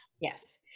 Yes